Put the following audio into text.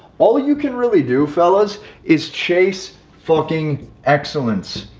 all you can really do fellas is chase fucking excellence,